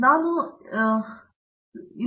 ದೀಪಾ ವೆಂಕಟೇಶ್ ಹಾಗಾಗಿ ನಾನು ಭಾವಿಸುತ್ತೇನೆ